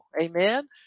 Amen